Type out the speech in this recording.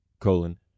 colon